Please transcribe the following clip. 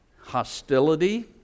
hostility